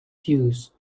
pews